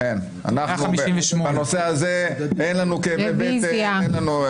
ארבעה בעד, שישה נגד, אין נמנעים.